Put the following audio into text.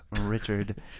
Richard